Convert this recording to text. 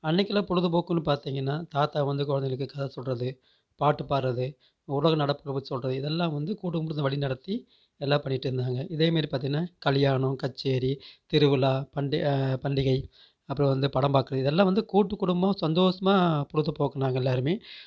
அன்றைக்கல்லாம் பொழுதுபோக்குனு பார்த்தீங்கனா தாத்தா வந்து குழந்தைங்களுக்கு கதை சொல்வது பாட்டு பாடுவது உலக நடப்புகளை பற்றி சொல்வது இதெல்லாம் வந்து கூட்டுக்குடும்பத்தை வழிநடத்தி நல்லா பண்ணிகிட்டு இருந்தாங்க இதேமாரி பார்த்தீங்கனா கல்யாணம் கச்சேரி திருவிழா பண்டி பண்டிகை அப்புறம் வந்து படம் பார்க்குறது இதெல்லாம் வந்து கூட்டுக்குடும்பமாக சந்தோஷமா பொழுதுபோக்கினாங்க எல்லாேருமே